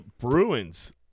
Bruins